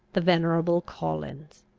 the venerable collins.